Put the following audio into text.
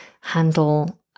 handle